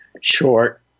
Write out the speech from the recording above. short